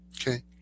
okay